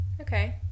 Okay